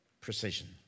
precision